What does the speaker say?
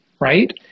right